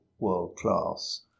world-class